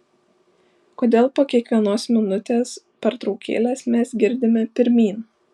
kodėl po kiekvienos minutės pertraukėlės mes girdime pirmyn